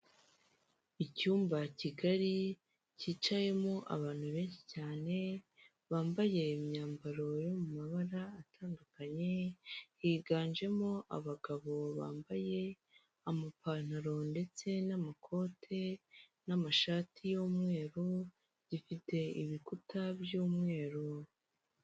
Icyumba kigari kicayemo abantu benshi cyane bambaye imyambaro yo mu mabara atandukanye, higanjemo abagabo bambaye amapantaro ndetse n'amakote n'amashati y'umweru, gifite ibikuta by'umweru.